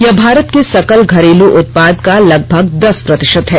यह भारत के सकल घरेलू उत्पाद का लगभग दस प्रतिशत है